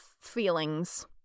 feelings